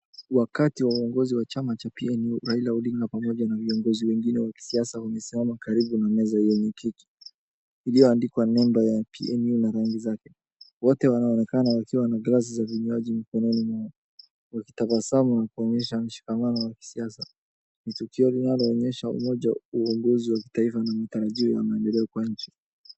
Wakati wa uongozi wa chama cha PMU, Raila Odinga pamoja na viongozi wengine wa kisiasa wamesema karibu na meza yenye kitu iliyoandikwa nembo ya PMU na rangi zake. Wote wanaonekana wakiwa na glasi za vinywaji mkononi, wakitabasamu na kuonyesha mshikamano wa kisiasa. Ni tukio linaloonyesha Umoja wa uongozi wa Kitaifa na matarajio ya maendeleo kwa nchi.